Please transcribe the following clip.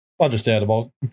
Understandable